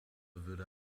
würde